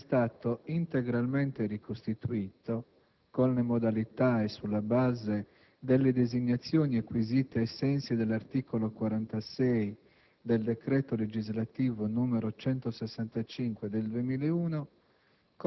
è stato integralmente ricostituito, con le modalità e sulla base delle designazioni acquisite ai sensi dell'articolo 46 del decreto legislativo n. 165 del 2001,